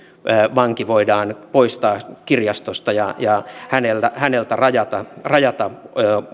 vanki voidaan poistaa kirjastosta ja ja rajata rajata häneltä